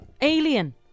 Alien